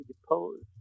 deposed